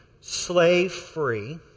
slave-free